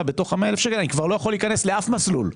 בתוך ה-100,000 אני כבר לא יכול להיכנס לאף מסלול,